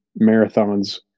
marathons